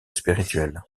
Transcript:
spirituelle